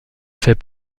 fait